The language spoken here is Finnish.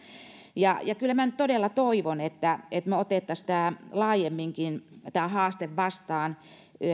ja ja kyllä minä nyt todella toivon että me ottaisimme laajemminkin tämän haasteen vastaan